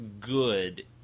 good